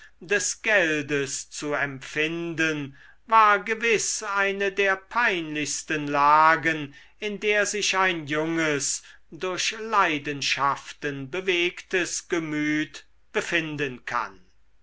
des geldes zu empfinden war gewiß eine der peinlichsten lagen in der sich ein junges durch leidenschaften bewegtes gemüt befinden kann